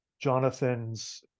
Jonathan's